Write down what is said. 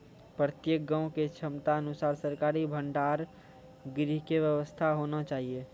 प्रत्येक गाँव के क्षमता अनुसार सरकारी भंडार गृह के व्यवस्था होना चाहिए?